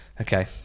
Okay